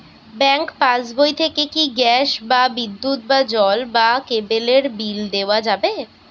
Bank পাশবই থেকে কি গ্যাস বা বিদ্যুৎ বা জল বা কেবেলর বিল দেওয়া যাবে?